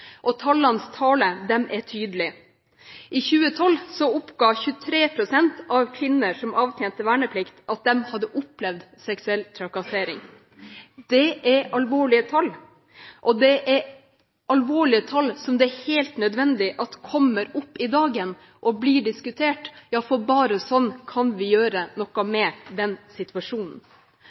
og tallenes tale er tydelig: I 2012 oppga 23 pst. av kvinner som avtjente verneplikt, at de hadde opplevd seksuell trakassering. Det er alvorlige tall, og det er alvorlige tall som det er helt nødvendig kommer opp i dagen og blir diskutert, for bare på den måten kan vi gjøre noe med den situasjonen.